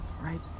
right